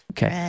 Okay